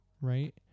right